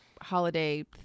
holiday